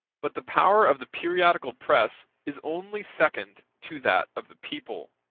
but the power of the periodical press is only second to that of the people.